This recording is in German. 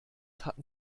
hatten